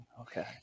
Okay